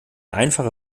einfache